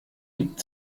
liegt